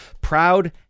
Proud